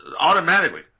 automatically